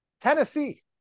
tennessee